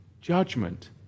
judgment